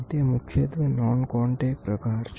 તે મુખ્યત્વે નોનકોંટેકટ છે